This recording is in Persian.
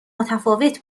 متفاوت